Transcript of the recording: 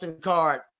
Card